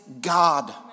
God